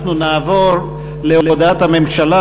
אנחנו נעבור להודעת הממשלה,